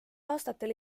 aastatel